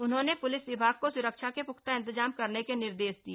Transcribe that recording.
उन्होंने प्लिस विभाग को सुरक्षा के पुख्ता इंतजाम करने के निर्देश दिए